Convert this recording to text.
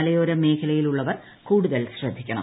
മലയോര മേഖലയിലുള്ളവർ കൂടുതൽ ശ്രദ്ധിക്കണം